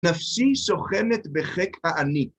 נפשי שוכנת בחק העני.